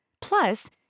Plus